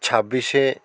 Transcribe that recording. ছাব্বিশে